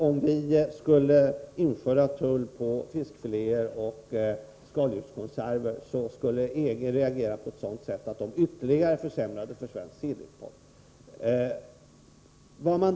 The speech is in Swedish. Om vi skulle införa tull på fiskfiléer och skaldjurskonserver finns det risk för att EG ytterligare skulle försämra för svensk sillimport.